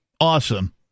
awesome